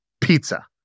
Pizza